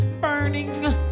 burning